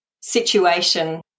situation